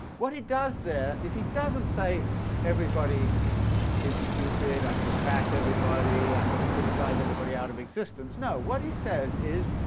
what he does there is, he doesn't say everybody is stupid, i'm going to trash everybody, i'm going to criticize everybody out of existence. no. what he says is,